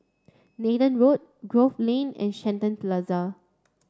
Nathan Road Grove Lane and Shenton Plaza